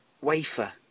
wafer